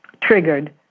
triggered